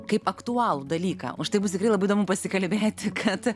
kaip aktualų dalyką užtai bus tikrai labai įdomu pasikalbėti kad